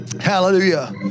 Hallelujah